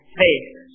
face